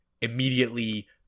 immediately